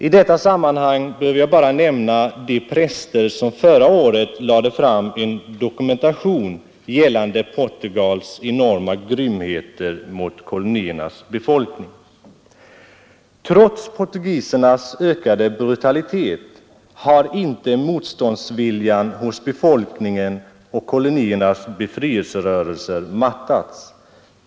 I detta sammanhang behöver jag bara nämna de präster som förra året lade fram en dokumentation gällande Portugals enorma grymheter mot koloniernas befolkning. Trots portugisernas ökade brutalitet har inte motståndsviljan hos befolkningen och koloniernas befrielserörelser mattats.